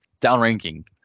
downranking